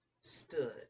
stood